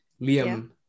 Liam